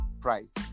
price